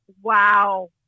Wow